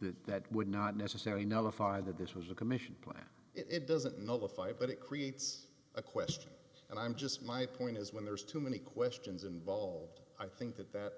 that that would not necessary notify that this was a commissioned plan it doesn't nullify but it creates a question and i'm just my point is when there's too many questions involved i think that that